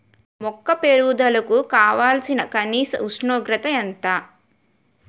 మొక్క పెరుగుదలకు కావాల్సిన కనీస ఉష్ణోగ్రత ఎంత?